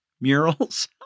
murals